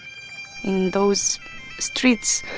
in those streets,